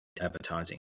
advertising